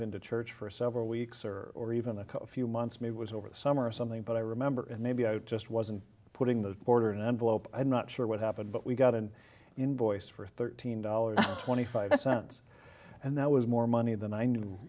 been to church for several weeks or or even a few months maybe was over the summer or something but i remember and maybe i just wasn't putting the order in an envelope i'm not sure what happened but we got an invoice for thirteen dollars twenty five cents and that was more money than i knew